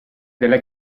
della